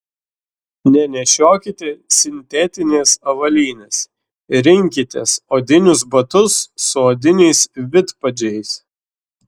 nenešiokite sintetinės avalynės rinkitės odinius batus su odiniais vidpadžiais